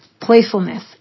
Playfulness